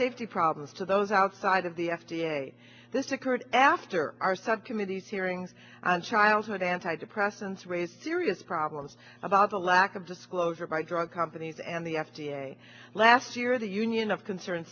safety problems to those outside of the f d a this occurred after our subcommittee's hearings and childhood antidepressants raised serious problems about the lack of disclosure by drug companies and the f d a last year the union of concern